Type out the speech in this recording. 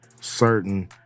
certain